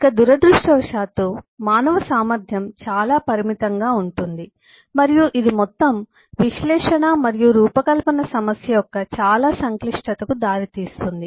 ఇక దురదృష్టవశాత్తు మానవ సామర్థ్యం చాలా పరిమితంగా ఉంటుంది మరియు ఇది మొత్తం విశ్లేషణ మరియు రూపకల్పన సమస్య యొక్క చాలా సంక్లిష్టతకు దారితీస్తుంది